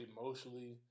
emotionally